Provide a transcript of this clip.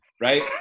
right